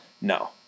No